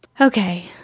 okay